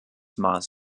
maß